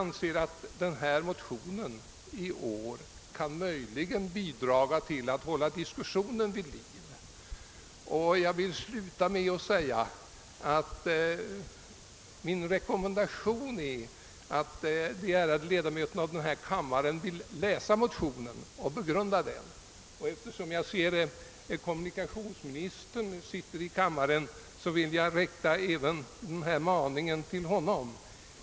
Årets motion kan möjligen bidra till att hålla diskussionen vid liv. Min rekommendation i dag är att de ärade ledamöterna av denna kammare läser och begrundar motionen. Eftersom jag ser att kommunikationsministern är närvarande i kammaren, vill jag rikta denna maning även till honom.